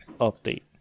update